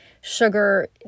sugar